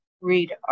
read